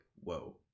whoa